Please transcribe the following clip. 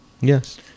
yes